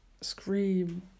scream